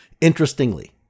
Interestingly